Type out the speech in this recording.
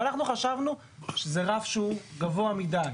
כי אנחנו חשבנו שזה רף שהוא גבוה מידי.